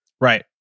Right